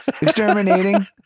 exterminating